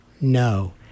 no